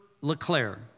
LeClaire